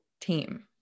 team